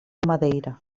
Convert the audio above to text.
madeira